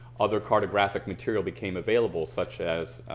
other cartographic material became available such as